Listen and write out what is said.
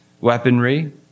weaponry